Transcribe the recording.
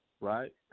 right